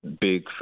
big